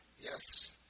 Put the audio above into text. yes